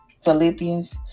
philippians